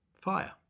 Fire